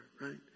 right